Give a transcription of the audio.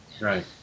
Right